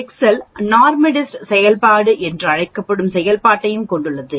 Excel NORMSDIST செயல்பாடு என்று அழைக்கப்படும் செயல்பாட்டையும் கொண்டுள்ளது